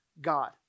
God